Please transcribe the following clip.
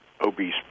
obese